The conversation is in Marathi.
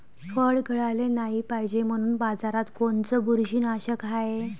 फळं गळाले नाही पायजे म्हनून बाजारात कोनचं बुरशीनाशक हाय?